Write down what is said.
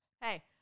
Hey